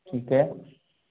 ठीक है